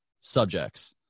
subjects